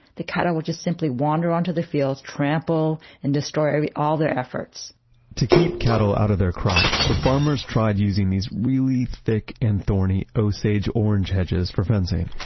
the cattle would just simply wander onto their fields, trample and destroy all their efforts to keep cattle out of their crops, the farmers tried using these really thick and thorny osage orange hedges for fencing.